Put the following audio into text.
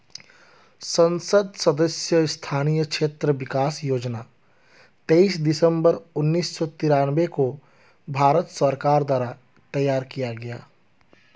संसद सदस्य स्थानीय क्षेत्र विकास योजना तेईस दिसंबर उन्नीस सौ तिरान्बे को भारत सरकार द्वारा तैयार किया गया